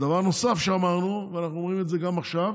דבר נוסף שאמרנו, ואנחנו אומרים את זה גם עכשיו,